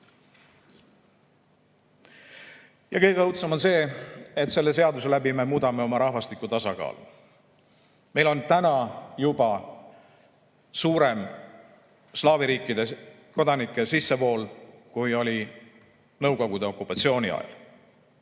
õudsem on see, et selle seaduse läbi me muudame oma rahvastiku tasakaalu. Meil on täna juba suurem slaavi riikide kodanike sissevool, kui oli Nõukogude Liidu okupatsiooni ajal.